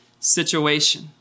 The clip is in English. situation